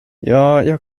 jag